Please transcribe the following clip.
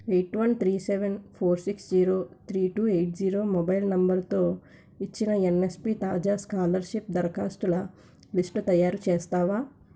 eight one three seven four six zero three two eight zero mobile నెంబరుతో ఇచ్చిన NSP తాజా scholarship దరఖాస్తుల list తయారుచేస్తావా